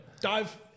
Dive